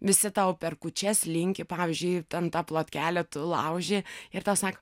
visi tau per kūčias linki pavyzdžiui ten tapt vat keletu lauži ir tau sako